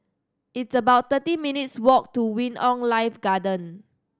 it's about thirty minutes' walk to Wing On Life Garden